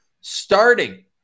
starting